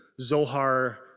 Zohar